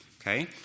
okay